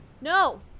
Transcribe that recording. no